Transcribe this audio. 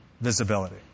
visibility